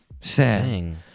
Sad